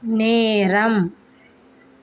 நேரம்